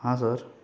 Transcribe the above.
हां सर